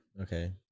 Okay